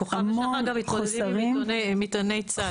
ככה גם מתמודדים עם מטעני צד.